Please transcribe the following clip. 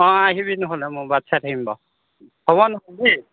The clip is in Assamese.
অ' আহিবি নহ'লে মই বাট চাই থাকিম বাৰু হ'ব নহ'লে দেই